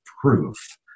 proof